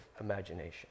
imagination